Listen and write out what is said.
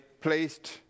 placed